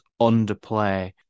underplay